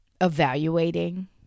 evaluating